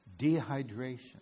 dehydration